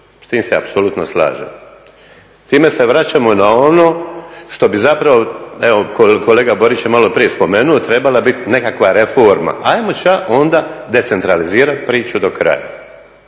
S tim se apsolutno slažem. Time se vraćamo na ono što bi zapravo, evo kolega Borić je maloprije spomenuo, trebala biti nekakva reforma. Ajmo ća onda decentralizirati priču do kraja,